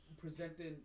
presenting